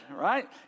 right